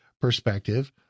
perspective